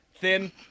Thin